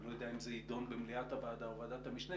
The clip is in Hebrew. לא יודע אם זה יידון במליאת הוועדה או בוועדת המשנה